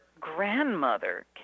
grandmother